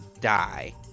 die